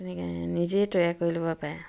তেনেকৈ নিজেই তৈয়াৰ কৰি ল'ব পাৰে